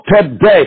today